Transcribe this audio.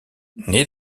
naît